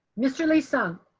mr. lee-sung,